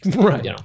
Right